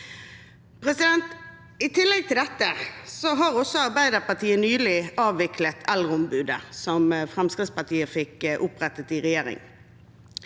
I tillegg til dette har også Arbeiderpartiet nylig avviklet eldreombudet, som Fremskrittspartiet fikk opprettet i regjering.